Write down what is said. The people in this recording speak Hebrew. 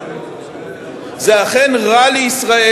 זה אכן רע לישראל,